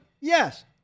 Yes